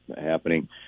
happening